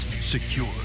secure